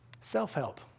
Self-help